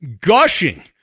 gushing